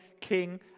King